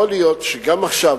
יכול להיות שגם עכשיו,